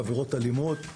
לעבירות אלימות,